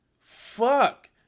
Fuck